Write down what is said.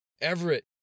Everett